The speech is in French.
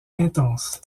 intense